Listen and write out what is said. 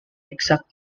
exact